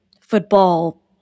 football